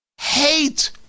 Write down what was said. Hate